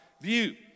view